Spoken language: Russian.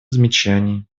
замечаний